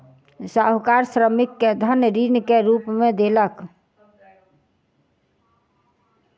साहूकार श्रमिक के धन ऋण के रूप में देलक